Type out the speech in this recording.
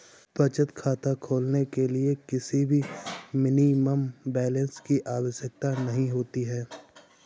बचत खाता खोलने के लिए किसी भी मिनिमम बैलेंस की आवश्यकता नहीं होती है